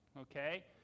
Okay